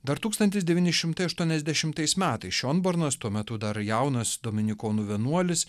dar tūkstantis devyni šimtai aštuoniasdešimtais metais šionbornas tuo metu dar jaunas dominikonų vienuolis